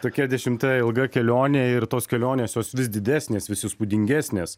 tokia dešimta ilga kelionė ir tos kelionės jos vis didesnės vis įspūdingesnės